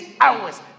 hours